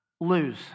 lose